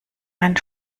einen